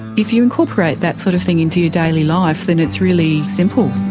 if you incorporate that sort of thing into your daily life then it's really simple.